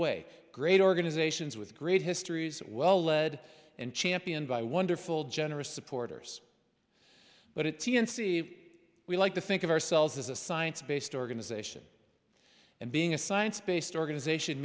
way great organizations with great histories well led and championed by wonderful generous supporters but it t n c we like to think of ourselves as a science based organization and being a science based organization